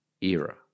era